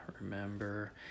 Remember